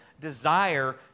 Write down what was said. desire